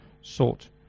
sought